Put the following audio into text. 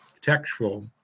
textual